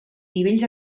nivells